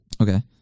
Okay